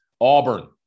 Auburn